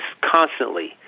constantly